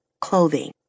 clothing